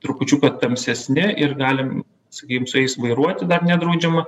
trupučiuką tamsesni ir galim sakykim su jais vairuoti dar nedraudžiama